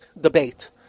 debate